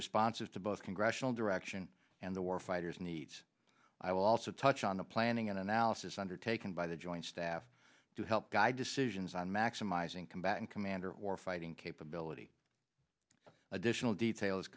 responsive to both congressional direction and the war fighters needs i will also touch on the planning and analysis undertaken by the joint staff to help guide decisions on maximizing combatant commander war fighting capability additional details